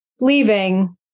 leaving